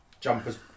jumpers